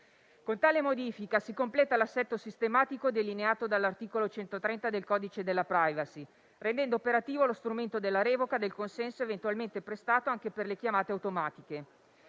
Con tale modifica si completa l'assetto sistematico delineato dall'articolo 130 del Codice in materia di protezione dei dati personali, rendendo operativo lo strumento della revoca del consenso eventualmente prestato anche per le chiamate automatiche.